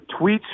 tweets